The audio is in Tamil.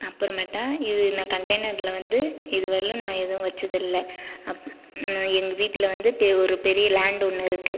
அப்புறமேட்டா இது நான் கண்டெய்னரில் வந்து இது வரையிலும் நான் எதுவும் வச்சது இல்லை எங்கள் வீட்டில் வந்து பெ ஒரு பெரிய லேண்ட் ஒன்று இருக்குது